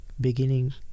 beginning